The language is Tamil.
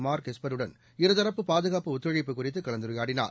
மார்க் எஸ்பருடன் இருதரப்பு பாதுகாப்பு ஒத்துழைப்பு குறித்து கலந்துரையாடினார்